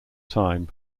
time